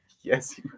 Yes